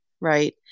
right